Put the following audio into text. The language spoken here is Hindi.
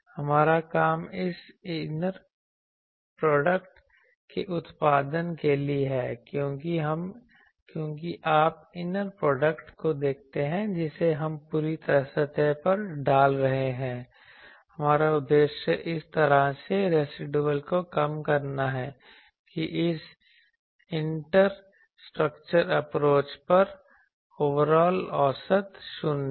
हमारा काम इस इनर प्रोडक्ट के उत्पादन के लिए है क्योंकि आप इनर प्रोडक्ट को देखते हैं जिसे हम पूरी सतह पर डाल रहे हैं हमारा उद्देश्य इस तरह से रेसीडुएल को कम करना है कि इंटर स्ट्रक्चर अप्रोच पर ओवरऑल औसत शून्य है